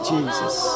Jesus